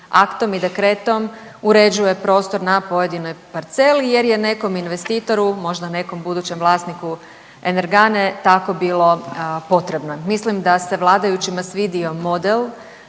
aktom i dekretom uređuje prostor na pojedinoj parceli jer je nekom investitoru, možda nekom budućem vlasniku energane tako bilo potrebno. Mislim da se vladajućima svidio model